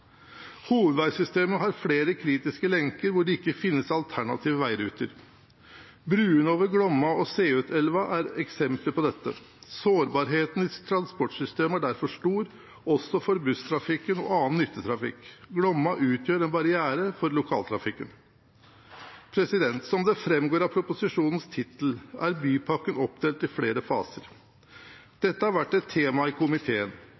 Hovedveisystemet har flere kritiske lenker hvor det ikke finnes alternative veiruter. Broene over Glomma og Seutelva er eksempler på dette. Sårbarheten i transportsystemet er derfor stor, også for busstrafikken og annen nyttetrafikk. Glomma utgjør en barriere for lokaltrafikken. Som det framgår av proposisjonens tittel, er bypakken oppdelt i flere faser. Dette har vært et tema i komiteen.